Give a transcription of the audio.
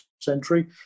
century